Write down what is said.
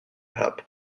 hub